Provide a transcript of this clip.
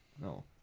No